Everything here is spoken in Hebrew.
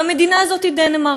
והמדינה הזאת היא דנמרק.